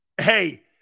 Hey